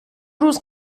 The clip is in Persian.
روز